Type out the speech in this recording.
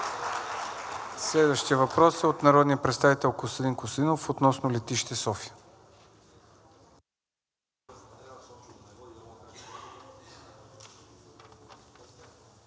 Следващият въпрос е от народния представител Костадин Костадинов относно летище София.